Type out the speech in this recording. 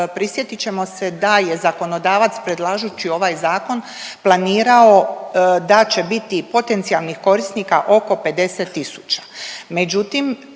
prisjetit ćemo se da je zakonodavac predlažući ovaj zakon planirao da će biti potencijalnih korisnika oko 50